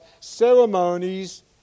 ceremonies